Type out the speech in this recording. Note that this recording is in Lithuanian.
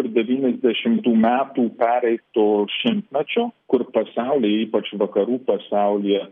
devyniasdešimtų metų pereito šimtmečio kur pasauly ypač vakarų pasaulyje